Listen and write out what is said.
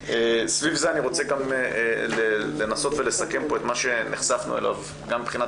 סביב זה אני רוצה לנסות ולסכם את מה שנחשפנו אליו גם מבחינת